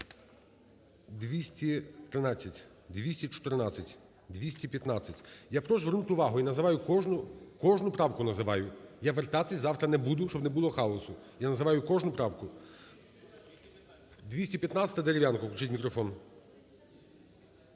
213. 214. 215. Я прошу звернути увагу, я називаю кожну, кожну правку називаю. Я вертатися завтра не буду, щоб не було хаосу. Я називаю кожну правку. 215-а, Дерев'янко. Включіть мікрофон.